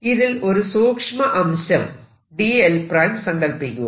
ഇതിൽ ഒരു സൂക്ഷ്മ അംശം dl′ സങ്കൽപ്പിക്കുക